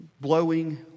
blowing